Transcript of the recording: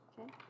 Okay